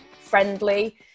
friendly